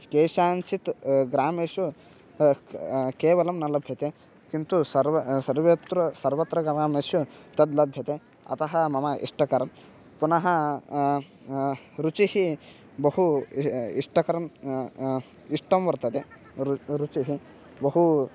केषाञ्चित् ग्रामेषु केवलं न लभ्यते किन्तु सर्व सर्वत्र सर्वत्र गमनानस्य तद् लभ्यते अतः मम इष्टकरं पुनः रुचिः बहु इ इष्टकरम् इष्टं वर्तते रु रुचिः बहु